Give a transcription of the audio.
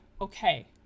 okay